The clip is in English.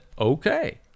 okay